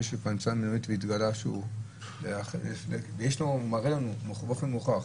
מישהו --- התגלה שיש לו והוא מראה לנו באופן מוכח,